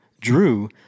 Drew